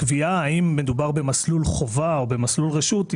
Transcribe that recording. הקביעה האם מדובר במסלול חובה או במסלול רשות,